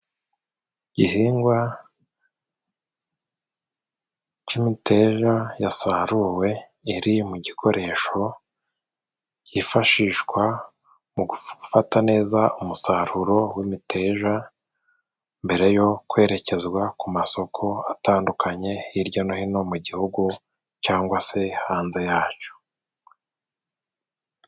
Igihingwa c'imiteja yasaruwe iri mu gikoresho yifashishwa mu gufata neza umusaruro w'imiteja mbere yo kwerekezwa ku masoko atandukanye hirya no hino mu gihugu cyangwa se hanze yaco.